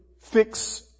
fix